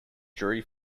jury